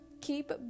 Keep